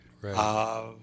Right